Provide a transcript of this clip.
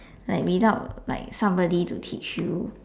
like without like somebody to teach you